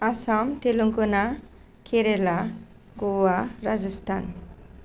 Assam Telangana Kerala Goa Rajasthan